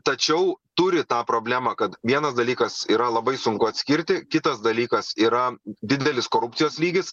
tačiau turi tą problemą kad vienas dalykas yra labai sunku atskirti kitas dalykas yra didelis korupcijos lygis